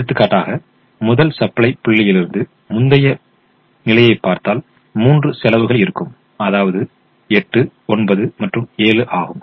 எடுத்துக்காட்டாக முதல் சப்ளை புள்ளியிலிருந்து முந்தையதைப் பார்த்தால் மூன்று செலவுகள் இருக்கும் அதாவது 8 9 மற்றும் 7 ஆகும்